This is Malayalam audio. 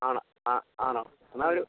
ആണോ ആ ആണോ എന്നാൽ ഒരു